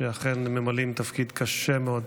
שאכן ממלאים תפקיד קשה מאוד.